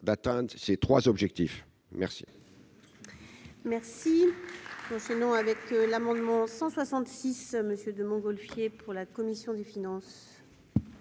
d'atteindre ces trois objectifs.